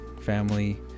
family